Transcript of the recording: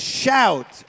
shout